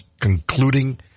concluding